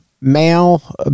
male